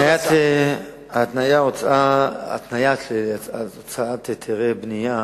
1. התניית הוצאת היתרי בנייה